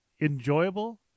Enjoyable